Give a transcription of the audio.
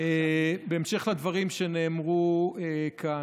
בהמשך לדברים שנאמרו כאן,